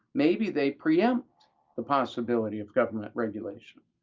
maybe they preempt the possibility of government regulation,